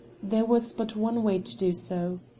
there was but one way to do so.